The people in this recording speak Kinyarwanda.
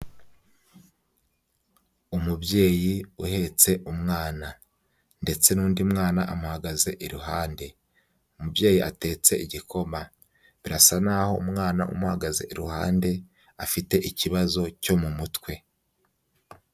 Umubyeyi uhetse umwana, ndetse n'undi mwana amuhagaze iruhande, umubyeyi atetse igikoma, birasa nk'aho umwana umuhagaze iruhande, afite ikibazo cyo mu mutwe.